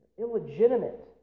Illegitimate